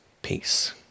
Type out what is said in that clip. Peace